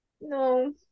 No